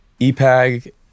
EPAG